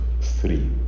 three